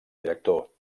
director